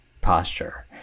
posture